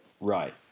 Right